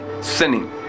sinning